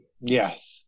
Yes